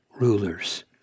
rulers